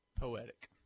Poetic